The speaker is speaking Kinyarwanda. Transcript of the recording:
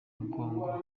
mugongo